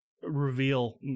reveal